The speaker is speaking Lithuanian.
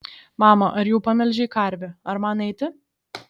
mama ar jau pamelžei karvę ar man eiti